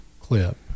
clip